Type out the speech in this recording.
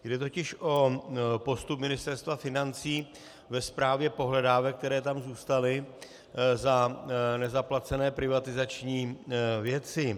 Jde totiž o postup Ministerstva financí ve správě pohledávek, které tam zůstaly za nezaplacené privatizační věci.